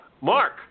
Mark